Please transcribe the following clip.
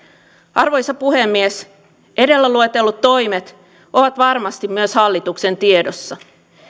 arvoisa puhemies edellä luetellut toimet ovat varmasti myös hallituksen tiedossa